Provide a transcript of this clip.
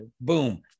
boom